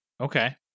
Okay